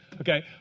Okay